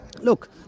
Look